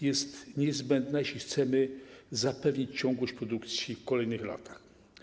Jest ona niezbędna, jeśli chcemy zapewnić ciągłość produkcji w kolejnych latach.